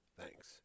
Thanks